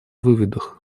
выводах